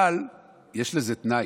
אבל יש לזה תנאי.